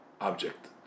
object